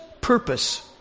purpose